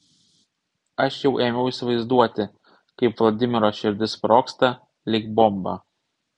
aš jau ėmiau įsivaizduoti kaip vladimiro širdis sprogsta lyg bomba